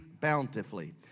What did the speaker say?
bountifully